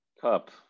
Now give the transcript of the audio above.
cup